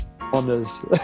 honors